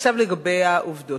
עכשיו לגבי העובדות.